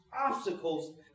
obstacles